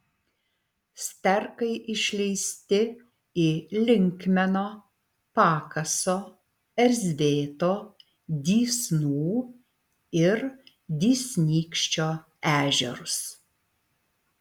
sterkai išleisti į linkmeno pakaso erzvėto dysnų ir dysnykščio ežerus